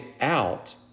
out